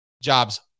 Jobs